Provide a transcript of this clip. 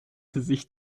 sich